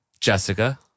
Jessica